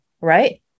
right